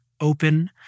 open